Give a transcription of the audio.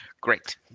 great